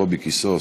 קובי קיסוס,